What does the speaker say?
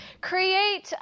Create